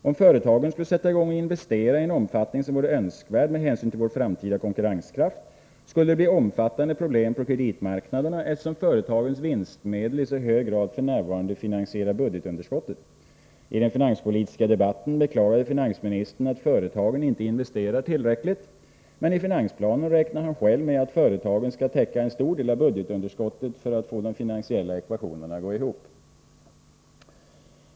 Om företagen skulle sätta i gång och investera i en omfattning som vore önskvärd med hänsyn till vår framtida konkurrenskraft, skulle det bli omfattande problem på kreditmarknaderna, eftersom företagens vinstmedel i så hög grad f.n. finansierar budgetunderskottet. I den finanspolitiska debatten beklagade finansministern att företagen inte investerar tillräckligt, men i finansplanen räknar han själv med att företagen skall täcka en stor del av budgetunderskottet för att få de finansiella ekvationerna att gå ihop.